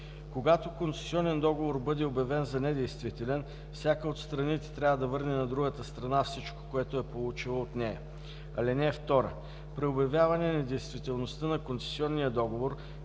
Когато концесионен договор бъде обявен за недействителен, всяка от страните трябва да върне на другата страна всичко, което е получила от нея. (2) При обявяване недействителността на концесионния договор